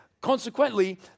Consequently